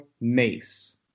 mace